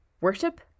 worship